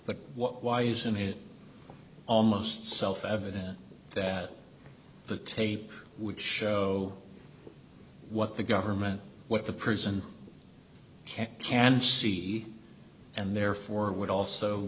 but why isn't it on most self evident that the tape would show what the government what the prison camp can see and therefore would also